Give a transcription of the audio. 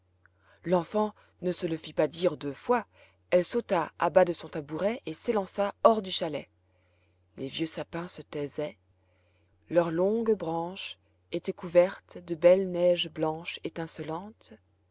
l'enfant ne se le fit pas dire deux fois elle sauta à bas de son tabouret et s'élança hors du chalet les vieux sapins se taisaient leurs longues branches étaient couvertes de belle neige blanche étincelante